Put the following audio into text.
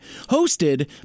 hosted